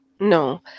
No